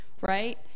right